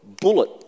bullet